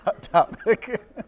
topic